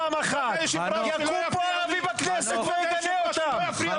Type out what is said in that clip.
פעם אחת, שיקום פה ערבי בכנסת ויגנה אותם.